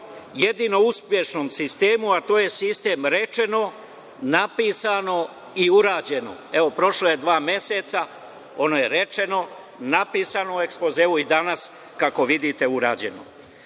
jedino uspešnom sistemu, a to je sistem - rečeno, napisano i urađeno. Evo, prošlo je dva meseca, ono je rečeno, napisao u ekspozeu i danas, kako vidite, urađeno. Odlična